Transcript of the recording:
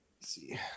see